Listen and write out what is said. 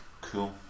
cool